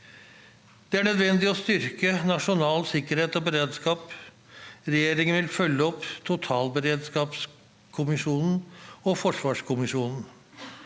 Det er nødvendig å styrke nasjonal sikkerhet og beredskap. Regjeringen vil følge opp totalberedskapskommisjonen og forsvarskommisjonen.